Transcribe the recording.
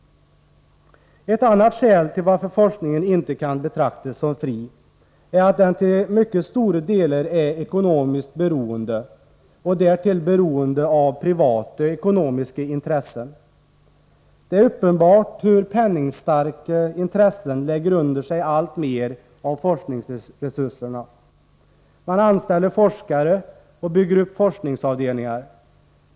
Ett annat skäl till att forskningen inte kan betraktas som fri är att den till mycket stora delar är ekonomiskt beroende, och därtill beroende av privata ekonomiska intressen. Det är uppenbart hur penningstarka intressen lägger under sig alltmer av forskningsresurserna. Man anställer forskare och bygger upp forskningsavdelningar.